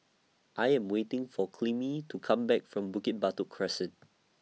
I Am waiting For Clemie to Come Back from Bukit Batok Crescent